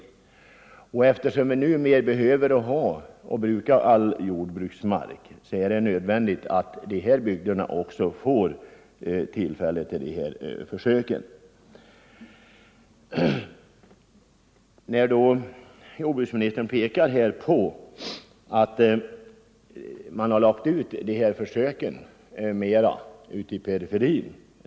Eftersom all jordbruksmark numera behöver tas i anspråk för produktion är det nödvändigt att man också i de här bygderna får tillfälle att göra sådana odlingsförsök. Jordbruksministern hänvisade till att denna försöksverksamhet har ut — Nr 137 lagts mera i periferin under de senaste åren.